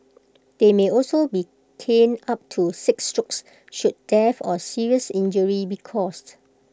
they may also be caned up to six strokes should death or serious injury be caused